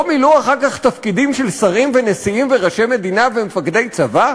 לא מילאו אחר כך תפקידים של שרים ונשיאים וראשי מדינה ומפקדי צבא?